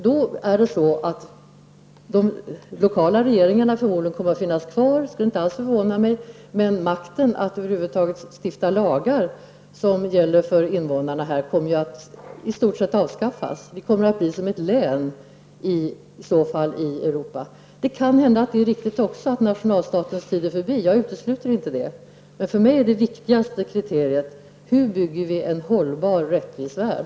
De lokala regeringarna kommer då förmodligen att finnas kvar, vilket inte skulle förvåna mig. Men makten att stifta lagar för invånarna kommer i stort sett att avskaffas. Sverige kommer att bli som ett län i Europa. Jag utesluter inte att det kan hända är riktigt att nationalstatens tid är förbi. För mig är det viktigaste kriteriet hur vi bygger en hållbar rättvis värld.